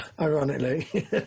ironically